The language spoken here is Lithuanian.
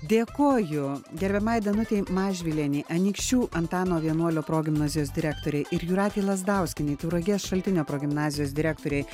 dėkoju gerbiamai danutei mažvylienei anykščių antano vienuolio progimnazijos direktorei ir jūratei lazdauskienei tauragės šaltinio progimnazijos direktorei